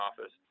Office